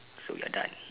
so we are done